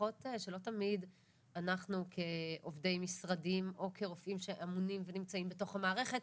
שלא תמיד אנחנו כעובדי משרדים או כרופאים שאמונים ונמצאים בתוך המערכת,